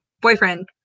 Boyfriend